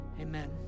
Amen